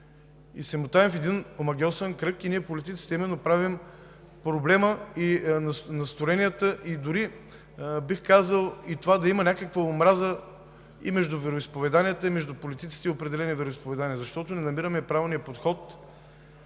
Мотаем се в един омагьосан кръг и именно ние, политиците, правим проблема и настроенията, дори бих казал и това да има някаква омраза между вероизповеданията и между политиците и определени вероизповедания. Защото не намираме правилния подход,